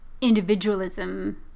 individualism